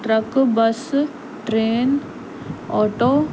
truck bus train auto